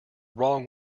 wrong